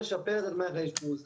למערך הקהילה